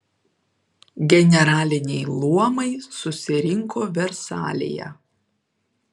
generaliniai luomai susirinko versalyje